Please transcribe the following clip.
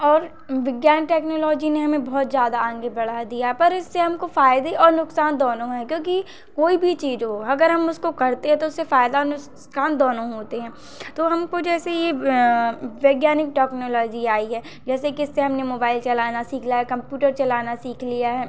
और विज्ञान टेक्नोलॉजी ने हमें बहुत ज़्यादा आगे बढ़ा दिया है पर इससे हमको फायदे और नुकसान दोनों है क्योंकि कोई भी चीज हो अगर हम उसको करते हैं तो उससे फायदा नुकसान दोनों होते हैं तो हमको जैसे ये वैज्ञानिक टोक्नोलॉजी आई है जैसे कि इससे हमने मोबाइल चलाना सीख लिया है कंप्यूटर चलाना सीख लिया है